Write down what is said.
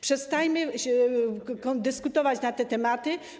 Przestańmy dyskutować na te tematy.